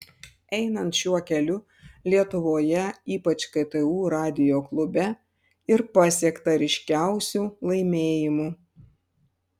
einant šiuo keliu lietuvoje ypač ktu radijo klube ir pasiekta ryškiausių laimėjimų